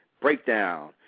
Breakdown